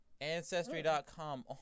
Ancestry.com